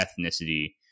ethnicity